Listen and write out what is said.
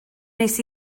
nes